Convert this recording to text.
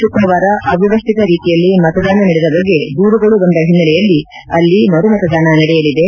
ಶುಕ್ರವಾರ ಅವ್ಯವಶ್ಶಿತ ರೀತಿಯಲ್ಲಿ ಮತದಾನ ನಡೆದ ಬಗ್ಗೆ ದೂರುಗಳು ಬಂದ ಹಿನ್ನೆಲೆಯಲ್ಲಿ ಅಲ್ಲಿ ಮರುಮತದಾನ ನಡೆಯಲಿದೆ